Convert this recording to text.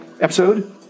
episode